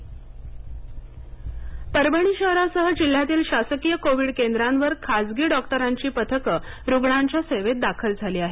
पथक परभणी परभणी शहरासह जिल्ह्यातील शासकीय कोविड केंद्रांवर खासगी डॉक्टरांची पथकं रुग्णांच्या सेवेत दाखल झाली आहेत